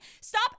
Stop